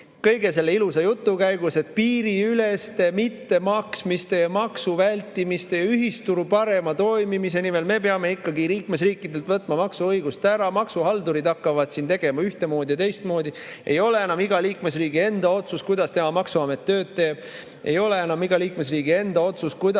Kõik see ilus jutt, et piiriüleste mittemaksmiste ja maksuvältimiste ja ühisturu parema toimimise nimel me peame ikkagi liikmesriikidelt võtma maksude [üle otsustamise] õigust ära, maksuhaldurid hakkavad tegema ühtemoodi ja teistmoodi. Ei ole enam iga liikmesriigi enda otsus, kuidas tema maksuamet tööd teeb. Ei ole enam iga liikmesriigi enda otsus, kuidas